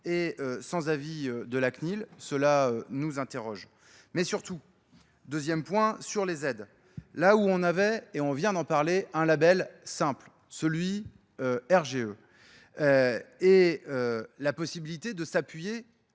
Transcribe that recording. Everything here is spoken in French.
et sans avis de la CNIL, cela nous interroge. Mais surtout, deuxième point, sur les aides. Là où on avait, et on vient d'en parler, un label simple, celui RGE. et la possibilité de s'appuyer